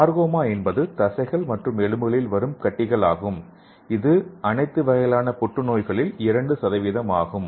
sarcoma என்பது தசைகள் மற்றும் எலும்புகளில் வரும் கட்டிகள் ஆகும் இது அனைத்து புற்றுநோய்களிலும் 2ஐ ஆக்கிரமிக்கிறது